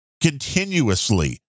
continuously